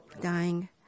dying